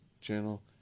channel